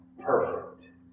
Perfect